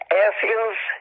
airfields